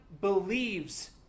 believes